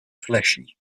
fleshy